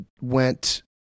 went –